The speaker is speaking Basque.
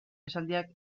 esaldiak